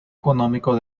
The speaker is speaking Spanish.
económico